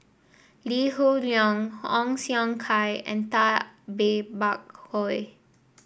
Lee Hoon Leong Ong Siong Kai and Tay Bak Koi